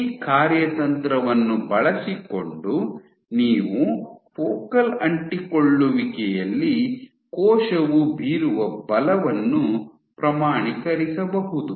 ಈ ಕಾರ್ಯತಂತ್ರವನ್ನು ಬಳಸಿಕೊಂಡು ನೀವು ಫೋಕಲ್ ಅಂಟಿಕೊಳ್ಳುವಿಕೆಯಲ್ಲಿ ಕೋಶವು ಬೀರುವ ಬಲವನ್ನು ಪ್ರಮಾಣೀಕರಿಸಬಹುದು